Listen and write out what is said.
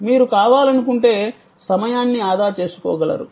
మీరు కావాలనుకుంటే సమయాన్ని ఆదా చేసుకోగలరు